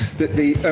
that the